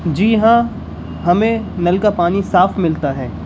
جی ہاں ہمیں نل کا پانی صاف ملتا ہے